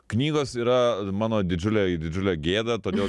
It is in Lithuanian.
knygos yra mano didžiulė didžiulė gėda todėl